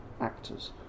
actors